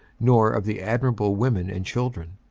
nor of the admirable women and children,